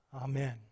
Amen